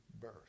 birth